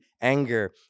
anger